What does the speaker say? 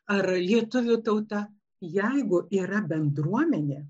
ar lietuvių tauta jeigu yra bendruomenė